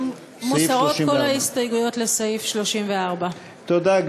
סעיף 34. מוסרות כל ההסתייגויות לסעיף 34. תודה,